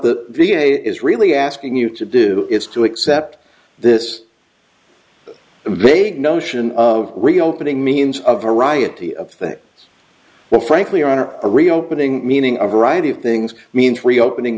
the v a is really asking you to do is to accept this vague notion of reopening means of variety of things but frankly on our reopening meaning of variety of things means reopening